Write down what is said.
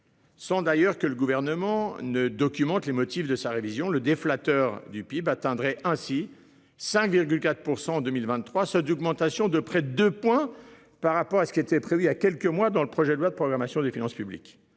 Sans d'ailleurs que le gouvernement ne documente les motifs de sa révision le déflecteur du PIB atteindrait ainsi 5,4% en 2023, se dit augmentation de près de points par rapport à ce qui était prévu, il y a quelques mois dans le projet de loi de programmation des finances publiques.